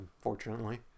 unfortunately